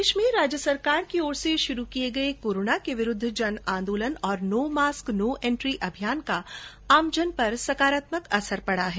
प्रदेश में राज्य सरकार की ओर शुरू किए गए कोरोना के विरूद्व जन आन्दोलन और नो मास्क नो एन्ट्री अभियान का आमजन में सकारात्मक असर पडा है